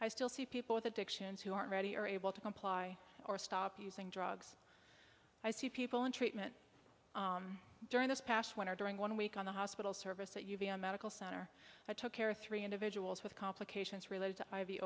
i still see people with addictions who aren't ready or able to comply or stop using drugs i see people in treatment during this past winter during one week on the hospital service that you be a medical center i took care of three individuals with complications related to i